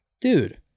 Dude